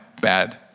bad